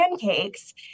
pancakes